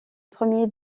premier